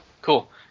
Cool